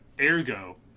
ergo